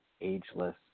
ageless